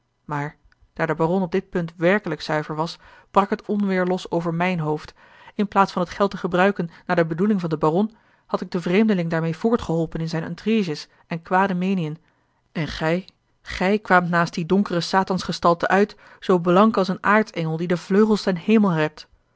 maar daar de baron op dit punt werkelijk zuiver was brak a l g bosboom-toussaint de delftsche wonderdokter eel het onweêr los over mijn hoofd in plaats van het geld te gebruiken naar de bedoeling van den baron had ik den vreemdeling daarmeê voortgeholpen in zijne intriges en kwade meneën en gij gij kwaamt naast die donkere satansgestalte uit zoo blank als een aartsengel die de vleugels ten hemel rept